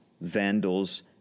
Vandals